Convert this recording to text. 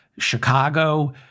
Chicago